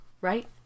right